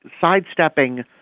sidestepping